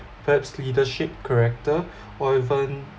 perhaps leadership character or even